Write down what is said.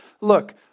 look